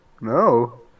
No